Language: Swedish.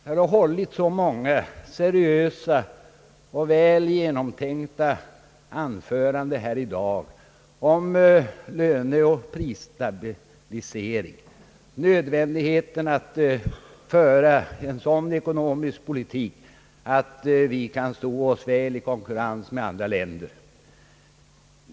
Här har hållits många seriösa och väl genomtänkta anföranden i dag om löneoch prisstabilisering, om nödvändigheten av att föra en sådan ekonomisk politik att vi kan stå oss väl i konkurrensen med andra länder.